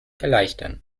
erleichtern